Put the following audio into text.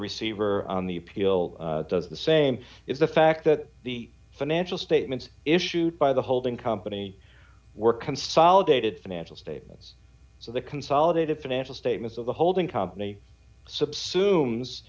receiver on the appeal does the same is the fact that the financial statements issued by the holding company were consolidated financial statements so the consolidated financial statements of the holding company sub